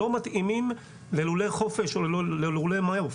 לא מתאימים ללולי חופש או ללולי מעוף,